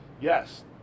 yes